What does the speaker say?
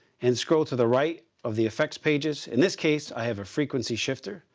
and scroll to the right of the effects pages. in this case, i have a frequency shifter.